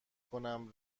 کنم